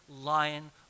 lion